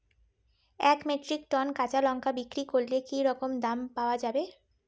এক metric ton কাঁচা লঙ্কা বিক্রি করলে কি রকম দাম পাওয়া যাবে?